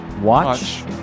watch